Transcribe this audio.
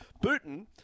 Putin